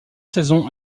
saison